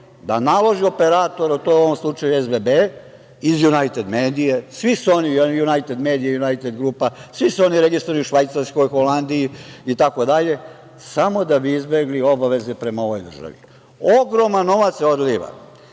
da naloži operatoru, a to je u ovom slučaju SBB, iz Junajted medije, svi su oni Junajted medija, Junajted grupa, svi su oni registrovani u Švajcarskoj, Holandiji itd, samo da bi izbegli obaveze prema ovoj državi. Ogroman novac se